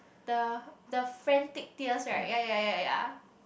the the frantic tears right ya ya ya ya ya